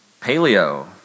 paleo